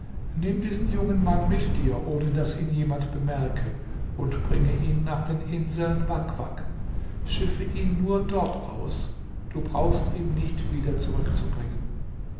nimm diesen jungen mann mit dir ohne daß ihn jemand bemerke und bringe ihn nach den inseln wak wak schiffe ihn nur dort aus du brauchst ihn nicht wieder zurückzubringen